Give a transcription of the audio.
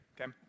Okay